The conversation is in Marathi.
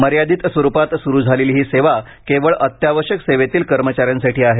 मर्यादित स्वरूपात सुरू झालेली ही सेवा केवळ अत्यावश्यक सेवेतील कर्मचाऱ्यांसाठी आहे